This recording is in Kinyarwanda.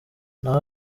naho